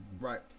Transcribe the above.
right